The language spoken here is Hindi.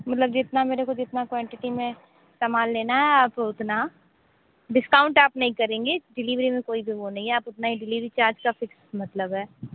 मतलब जितना मेरे को जितना क्वान्टिटी में समान लेना है आप उतना डिस्काउंट आप नहीं करेंगी डिलिवरी में कोई भी वह नहीं है आप उतना ही डिलिवरी चार्ज का फिक्स मतलब है